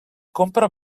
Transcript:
compra